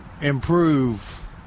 improve